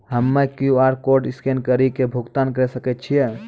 हम्मय QR code scan कड़ी के भुगतान करें सकय छियै?